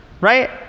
right